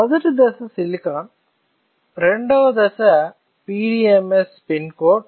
మొదటి దశ సిలికాన్ రెండవ దశ PDMS స్పిన్ కోట్